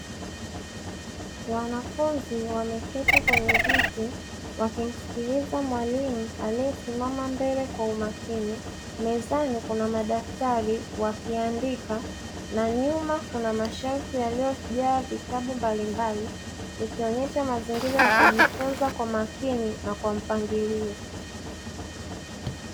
Wanafunzi wameketi kwenye viti wakimsikiliza mwalimu aliesimama mbele kwa umakini. Mezani kuna madaftari wakiandika na nyuma kuna mashelfu yaliojaa vitabu mbalimbali ikionesha mazingira ya kujifunza kwa makini na kwa mpangilio.